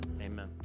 amen